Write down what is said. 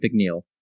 McNeil